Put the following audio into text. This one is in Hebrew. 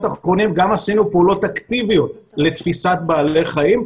האחרונים גם עשינו פעולות אקטיביות לתפיסת בעלי חיים,